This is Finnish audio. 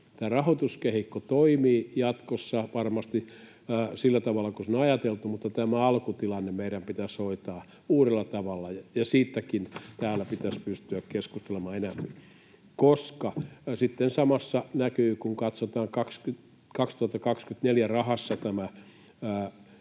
Tämän rahoituskehikko toimii jatkossa varmasti sillä tavalla kuin se on ajateltu, mutta tämä alkutilanne meidän pitäisi hoitaa uudella tavalla. Ja siitäkin täällä pitäisi pystyä keskustelemaan enempi, koska sitten samassa näkyy, kun katsotaan 2024 rahassa tämä hyvinvointialueitten